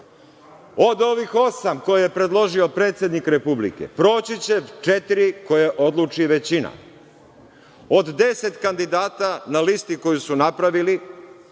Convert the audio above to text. Od ovih osam koje je predložio predsedik Republike, proći će četiri koje odluči većina. Od deset kandidata na listi koju su napravili,